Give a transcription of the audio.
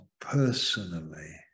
personally